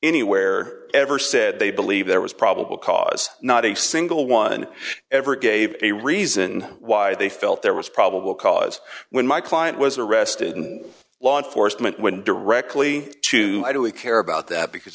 anywhere ever said they believe there was probable cause not a single one ever gave a reason why they felt there was probable cause when my client was arrested and law enforcement went directly to do we care about that because